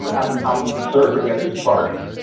i'm i'm serving at this party,